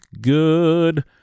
good